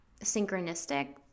synchronistic